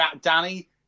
Danny